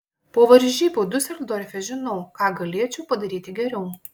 po varžybų diuseldorfe žinau ką galėčiau padaryti geriau